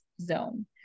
zone